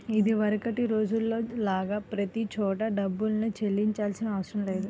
ఇదివరకటి రోజుల్లో లాగా ప్రతి చోటా డబ్బుల్నే చెల్లించాల్సిన అవసరం లేదు